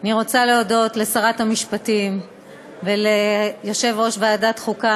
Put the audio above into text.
אני רוצה להודות לשרת המשפטים וליושב-ראש ועדת החוקה,